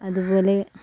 അതുപോലെ